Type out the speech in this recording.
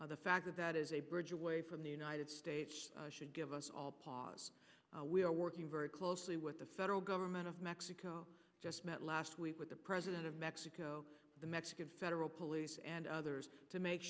lost the fact that that is a bridge away from the united states should give us all pause we are working very closely with the federal government of mexico just met last week with the president of mexico the mexican federal police and others to make